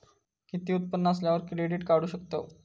किती उत्पन्न असल्यावर क्रेडीट काढू शकतव?